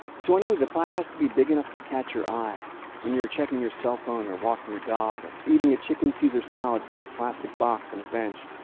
so anyway, the plaque has to be big enough to catch your eye when you're checking your cell phone or walking your dog or eating a chicken caesar salad from a plastic box on and a bench.